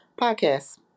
Podcast